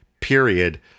period